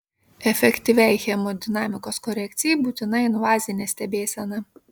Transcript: efektyviai hemodinamikos korekcijai būtina invazinė stebėsena